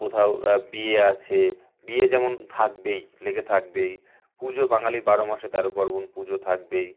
কোথাও বিয়ে আছে বিয়ে যেমন থাকবেই লেগে থাকবেই পুজো বাঙালি বারো মাসে তেরো পার্বণ পুজো থাকবেই